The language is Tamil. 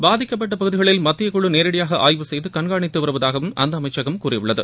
பாதிக்கப்பட்ட பகுதிகளில் மத்தியக்குழு நேரடியாக ஆய்வு செய்து கண்காணித்து வருவதாகவும் அந்த அமைச்சகம் கூறியுள்ளது